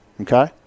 Okay